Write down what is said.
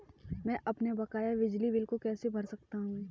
मैं अपने बकाया बिजली बिल को कैसे भर सकता हूँ?